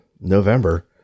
November